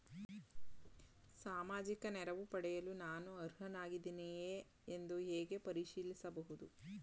ಸಾಮಾಜಿಕ ನೆರವು ಪಡೆಯಲು ನಾನು ಅರ್ಹನಾಗಿದ್ದೇನೆಯೇ ಎಂದು ಹೇಗೆ ಪರಿಶೀಲಿಸಬಹುದು?